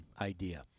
idea